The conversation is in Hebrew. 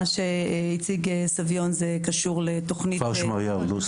מה שהציג ראש עיריית כפר שמריהו,